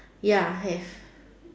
ya have